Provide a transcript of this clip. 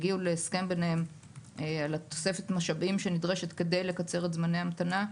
יגיעו להסכם ביניהם על תוספת המשאבים שנדרשת כדי לקצר את זמני ההמתנה,